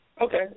Okay